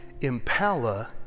Impala